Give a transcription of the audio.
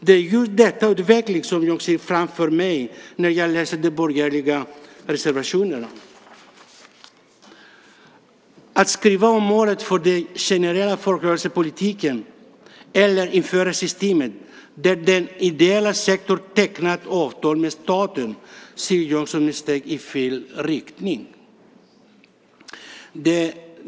Det är just denna utveckling jag ser framför mig när jag läser de borgerliga reservationerna. Att skriva om målet för den generella folkrörelsepolitiken eller införa system där den ideella sektorn tecknar avtal med staten ser jag som steg i fel riktning.